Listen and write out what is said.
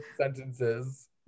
Sentences